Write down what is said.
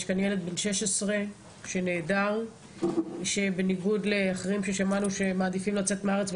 יש כאן ילד בן 16 שנעדר ושבניגוד לאחרים ששמענו שמעדיפים לצאת מהארץ,